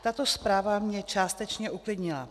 Tato zpráva mě částečně uklidnila.